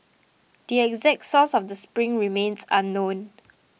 the exact source of the spring remains unknown